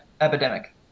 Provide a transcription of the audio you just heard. epidemic